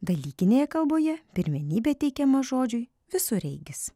dalykinėje kalboje pirmenybė teikiama žodžiui visureigis